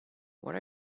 what